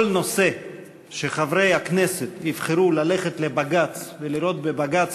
כל נושא שבו חברי הכנסת יבחרו ללכת לבג"ץ ולראות בבג"ץ